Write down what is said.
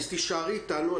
תישארי איתנו.